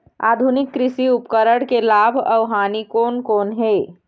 आधुनिक कृषि उपकरण के लाभ अऊ हानि कोन कोन हे?